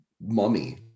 mummy